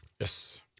Yes